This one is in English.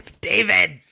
david